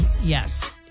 Yes